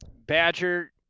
Badger